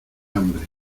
hambre